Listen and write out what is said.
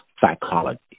psychology